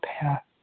path